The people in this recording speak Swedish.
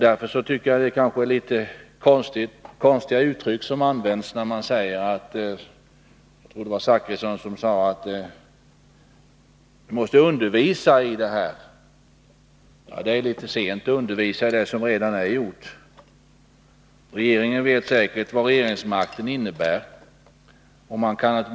Därför tycker jag nog att det är litet konstiga uttryck som används när man säger — jag tror att det var Bertil Zachrisson som sade det — att det måste undervisas i det här. Ja, det är litet sent att undervisa i det som redan är gjort. Regeringen vet säkert vad regeringsmakten innebär.